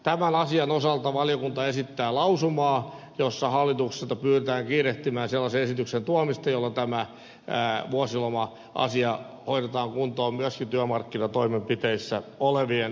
tämän asian osalta valiokunta esittää lausumaa jossa hallitusta pyydetään kiirehtimään sellaisen esityksen tuomista jolla tämä vuosiloma asia hoidetaan kuntoon myöskin työmarkkinatoimenpiteissä olevien osalta